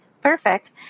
perfect